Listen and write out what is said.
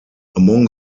among